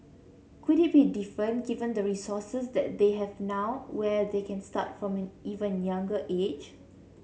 could it be different given the resources that they have now where they can start from an even younger age